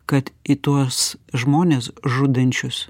kad į tuos žmones žudančius